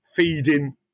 Feeding